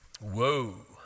Whoa